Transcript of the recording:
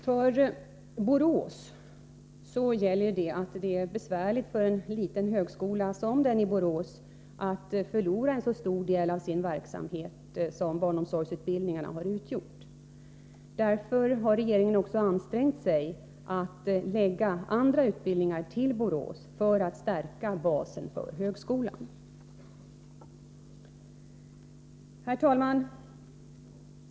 För Borås gäller att det är besvärligt för en liten högskola, som den i Borås, att förlora så stor del av sin verksamhet som barnomsorgsutbildningarna utgör. Därför har regeringen också ansträngt sig att förlägga andra utbildningar till Borås för att stärka basen för högskolan. Herr talman!